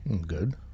good